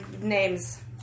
names